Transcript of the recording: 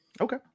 Okay